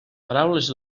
paraules